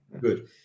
Good